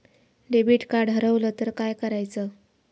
Debit card हरवल तर काय करायच?